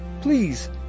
Please